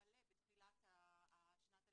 מתמלא בתחילת שנת הלימודים.